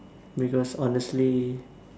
because honestly